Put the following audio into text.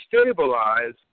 stabilize